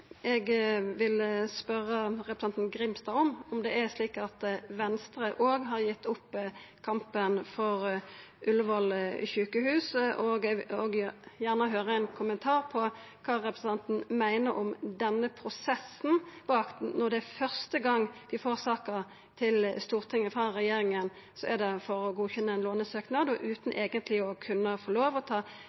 Eg vil spørja representanten Grimstad om Venstre òg har gjeve opp kampen for Ullevål sjukehus, og eg vil gjerne høyra ein kommentar om kva representanten meiner om denne prosessen. Første gongen vi får saka til Stortinget frå regjeringa, er det for å godkjenna ein lånesøknad, og utan eigentleg å kunna få lov til å ta